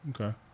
Okay